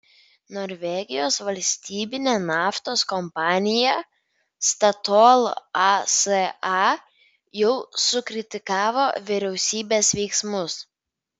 norvegijos valstybinė naftos kompanija statoil asa jau sukritikavo vyriausybės veiksmus